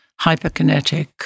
hyperkinetic